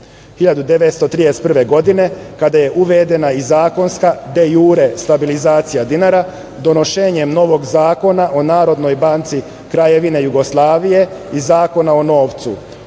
1931. godine kada je uvedena i zakonska de jure stabilizacija dinara donošenjem novog Zakona o Narodnoj banci Kraljevine Jugoslavije i Zakona o novcu.